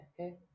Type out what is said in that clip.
okay